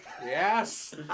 Yes